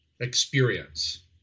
experience